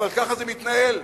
אבל ככה זה מתנהל,